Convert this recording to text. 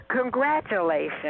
congratulations